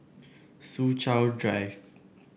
Soo Chow Drive